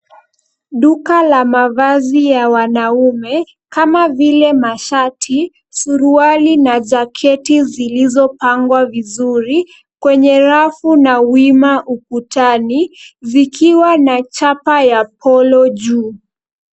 Duka ya mavazi ya wanaume, kama vile mashati, suruali, na jaketi, zilizopangwa vizuri, kwenye rafu, na wima ukutani, zikiwa na chapa ya polo juu.